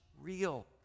real